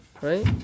Right